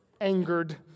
angered